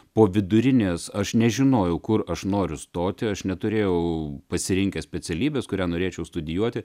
po vidurinės aš nežinojau kur aš noriu stoti aš neturėjau pasirinkęs specialybės kurią norėčiau studijuoti